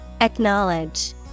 Acknowledge